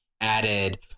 added